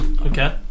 okay